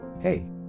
Hey